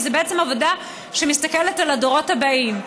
כי זו בעצם עבודה שמסתכלת על הדורות הבאים.